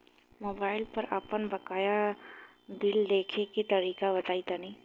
Mobile पर आपन बाकाया बिल देखे के तरीका बताईं तनि?